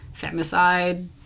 femicide